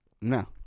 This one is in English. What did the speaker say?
No